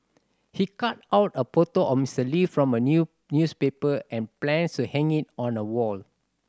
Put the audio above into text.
he cut out a photo of Mister Lee from a new newspaper and plans to hang it on a wall